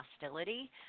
hostility